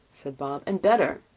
said bob, and better.